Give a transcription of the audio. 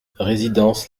résidence